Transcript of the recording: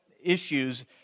issues